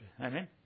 Amen